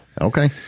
okay